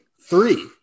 Three